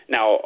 Now